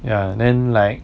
ya then like